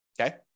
Okay